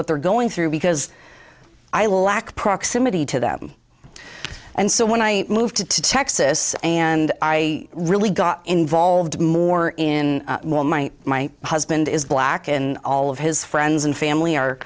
what they're going through because i lack proximity to them and so when i moved to texas and i really got involved more in my my husband is black in all of his friends and family are